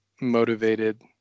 motivated